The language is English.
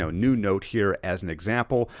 new note here as an example,